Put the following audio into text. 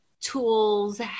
tools